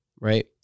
right